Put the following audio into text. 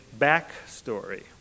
backstory